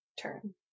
turn